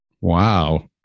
Wow